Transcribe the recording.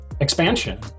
expansion